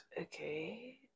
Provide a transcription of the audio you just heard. okay